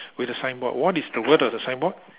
with a signboard what is the word on the signboard